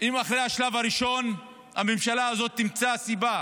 אם אחרי השלב הראשון הממשלה הזאת תמצא סיבה